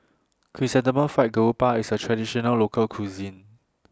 Chrysanthemum Fried Garoupa IS A Traditional Local Cuisine